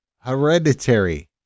Hereditary